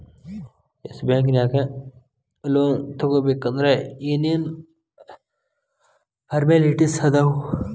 S Bank ನ್ಯಾಗ್ loan ತಗೊಬೇಕಂದ್ರ ಏನೇನ್ ಫಾರ್ಮ್ಯಾಲಿಟಿಸ್ ಅದಾವ?